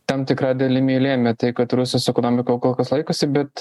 tam tikra dalimi lėmė tai kad rusijos ekonomika kol kas laikosi bet